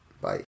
Bye